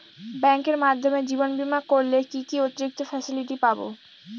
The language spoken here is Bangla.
ব্যাংকের মাধ্যমে জীবন বীমা করলে কি কি অতিরিক্ত ফেসিলিটি পাব?